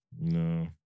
no